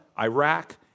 Iraq